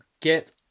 get